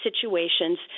situations